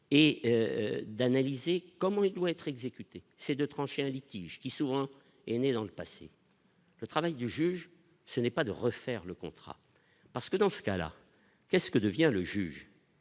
et d'analyser comment il doit être exécuté c'est de trancher un litige qui souvent est né dans le passé. Le travail du juge, ce n'est pas de refaire le contrat parce que dans ce cas-là qu'est-ce que devient le juge